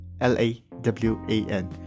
L-A-W-A-N